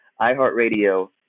iHeartRadio